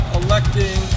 electing